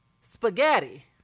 Spaghetti